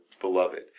beloved